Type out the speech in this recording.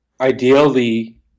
ideally